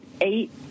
eight